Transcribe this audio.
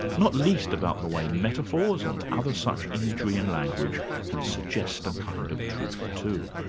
not least about the way metaphors and other such imagery in language can suggest a kind of truth, too.